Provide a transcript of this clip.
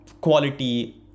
quality